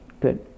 Good